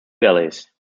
valleys